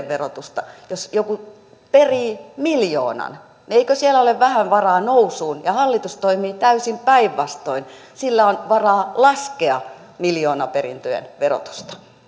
verotusta silloin jos joku perii miljoonan eikö siellä ole vähän varaa nousuun hallitus toimii täysin päinvastoin sillä on varaa laskea miljoonaperintöjen verotusta